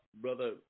Brother